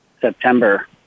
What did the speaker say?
September